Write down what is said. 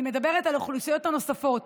אני מדברת על אוכלוסיות הנוספות.